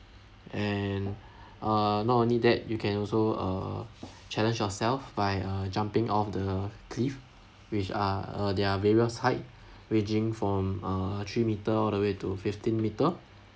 and uh not only that you can also uh challenge yourself by uh jumping off the cliff which uh there are various heights ranging from uh three metre all the way to fifteen metre